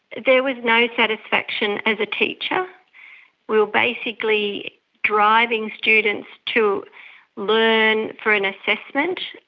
there was no satisfaction as a teacher. we were basically driving students to learn for an assessment,